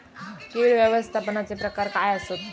कीड व्यवस्थापनाचे प्रकार काय आसत?